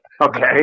Okay